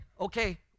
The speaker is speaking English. Okay